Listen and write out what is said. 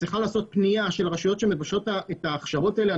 צריכה להיעשות פנייה של הרשויות שמבקשות את ההכשרות האלה.